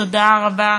תודה רבה,